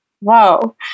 Wow